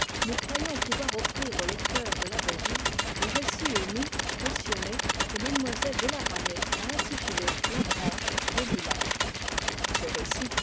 nous croyons pouvoir offrir au lecteur de la revue le récit ému passionné que m de la ramée a intitulé la branche de lilas ce récit